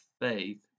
faith